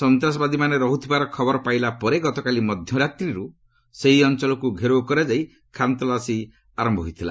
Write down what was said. ସନ୍ତାସବାଦୀମାନେ ରହୁଥିବାର ଖବର ପାଇଲା ପରେ ଗତକାଲି ମଧ୍ୟରାତ୍ରିରୁ ସେହି ଅଞ୍ଚଳକୁ ଘେରାଉ କରାଯାଇ ଖାନତଲାସୀ ଆରମ୍ଭ ହୋଇଥିଲା